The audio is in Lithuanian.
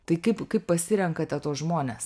tai kaip kaip pasirenkate tuos žmones